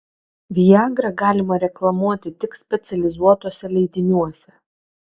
viagrą galima reklamuoti tik specializuotuose leidiniuose